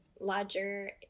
larger